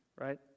right